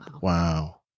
Wow